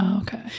okay